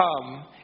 come